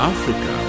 Africa